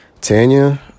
Tanya